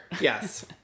Yes